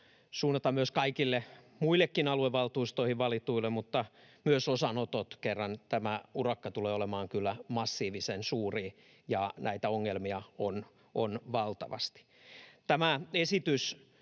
suunnata myös kaikille muillekin aluevaltuustoihin valituille mutta myös osanotot, kerran tämä urakka tulee olemaan kyllä massiivisen suuri ja näitä ongelmia on valtavasti. En usko,